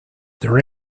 there